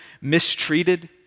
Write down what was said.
mistreated